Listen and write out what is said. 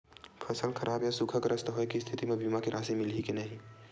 फसल खराब या सूखाग्रस्त होय के स्थिति म बीमा के राशि मिलही के नही?